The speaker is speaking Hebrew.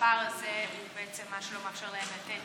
ושהפער הזה הוא מה שלא מאפשר להם לתת,